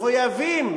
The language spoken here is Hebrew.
מחויבים.